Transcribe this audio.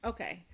Okay